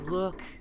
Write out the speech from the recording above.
Look